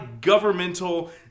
governmental